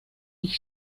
ich